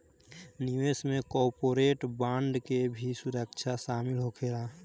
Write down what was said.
निवेश में corporate bond के भी सुरक्षा शामिल होखेला